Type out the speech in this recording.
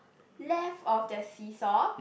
left of the seesaw